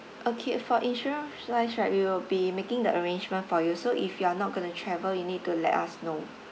okay for insurance wise right we will be making the arrangement for you so if you are not going to travel you need to let us know